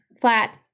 flat